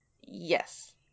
Yes